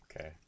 okay